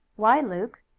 why, luke?